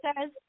says